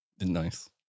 Nice